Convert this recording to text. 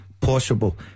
possible